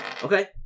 Okay